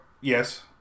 yes